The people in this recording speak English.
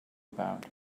about